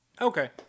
Okay